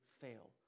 fail